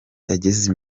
ageze